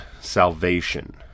salvation